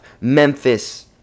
Memphis